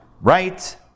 right